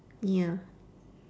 ya